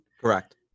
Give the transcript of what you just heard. Correct